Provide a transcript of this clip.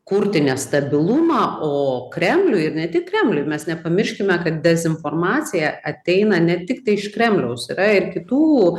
kurti nestabilumą o kremliui ir ne tik kremliui mes nepamirškime kad dezinformacija ateina ne tiktai iš kremliaus yra ir kitų